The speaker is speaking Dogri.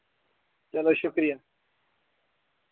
चलो शुक्रिया